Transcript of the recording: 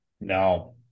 No